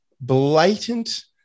blatant